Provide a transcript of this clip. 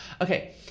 Okay